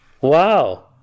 Wow